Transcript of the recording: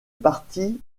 partie